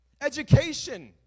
Education